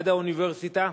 עד האוניברסיטה,